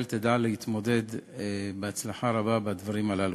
ידעו להתמודד בהצלחה רבה עם הדברים הללו.